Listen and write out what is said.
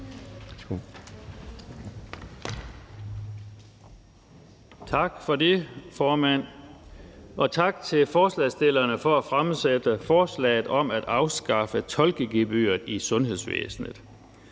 Tak for det, formand, og tak til forslagsstillerne for at fremsætte forslaget om at afskaffe tolkegebyret i sundhedsvæsenet.